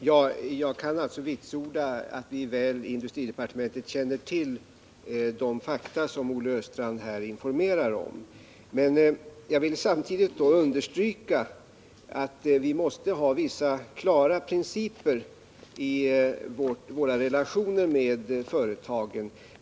Herr talman! Jag kan vitsorda att vi inom industridepartementet väl känner till de fakta som Olle Östrand här informerar om. Men jag vill samtidigt understryka att vi måste ha vissa klara principer när det gäller våra relationer med företagen.